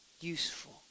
useful